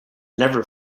never